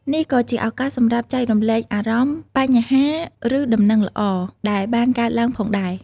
នេះក៏ជាឱកាសសម្រាប់ចែករំលែកអារម្មណ៍ បញ្ហា ឬដំណឹងល្អ ដែលបានកើតឡើងផងដែរ។